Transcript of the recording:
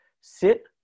sit